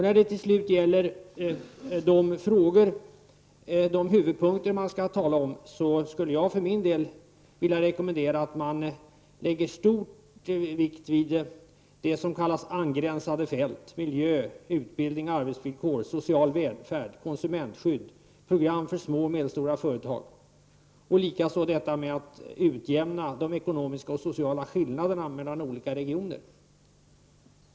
När det gäller de huvudpunkter man skall tala om skulle jag för min del vilja rekommendera att man lägger stor vikt vid det som kallas angränsande fält — miljö, utbildning, arbetsvillkor, social välfärd, konsumentskydd, program för små och medelstora företag — och likaså utjämning av de ekonomiska och sociala skillnaderna mellan olika regioner.